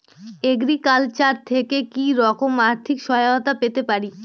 Agriculture থেকে কি রকম আর্থিক সহায়তা পেতে পারি?